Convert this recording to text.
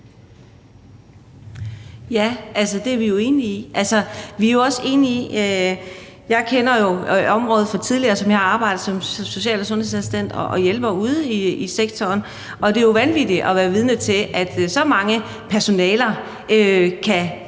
Ja, det er vi jo enige i. Jeg kender jo området fra tidligere, fordi jeg har arbejdet som social- og sundhedsassistent og hjælper ude i sektoren, og det er jo vanvittigt at være vidne til, at så mange personaler kan gå